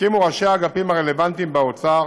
הסכימו ראשי האגפים הרלוונטיים באוצר